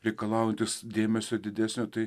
reikalaujantis dėmesio didesnio tai